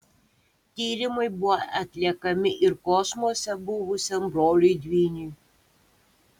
tyrimai buvo atliekami ir kosmose buvusiam broliui dvyniui